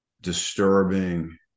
disturbing